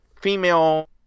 female